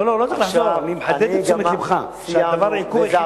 לא, לא צריך לחזור.